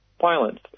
violence